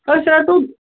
اَچھا تہٕ